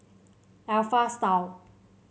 Alpha Style